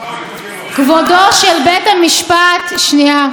כבודו של בית המשפט, שנייה.